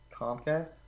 Comcast